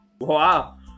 Wow